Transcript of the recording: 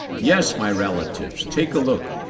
yes my relatives, take a look.